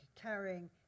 carrying